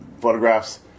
photographs